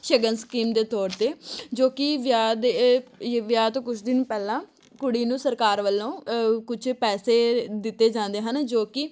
ਸ਼ਗਨ ਸਕੀਮ ਦੇ ਤੌਰ 'ਤੇ ਜੋ ਕਿ ਵਿਆਹ ਦੇ ਵਿਆਹ ਤੋਂ ਕੁਛ ਦਿਨ ਪਹਿਲਾਂ ਕੁੜੀ ਨੂੰ ਸਰਕਾਰ ਵੱਲੋਂ ਕੁਛ ਪੈਸੇ ਦਿੱਤੇ ਜਾਂਦੇ ਹਨ ਜੋ ਕਿ